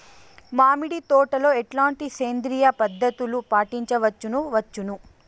మామిడి తోటలో ఎట్లాంటి సేంద్రియ పద్ధతులు పాటించవచ్చును వచ్చును?